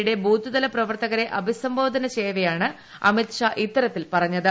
യുടെ ബൂത്ത് തല പ്രവർത്തകരെ അഭിസംബോധന ചെയ്യവെയാണ് അമിത്ഷാ ഇത്തരത്തിൽ പറഞ്ഞത്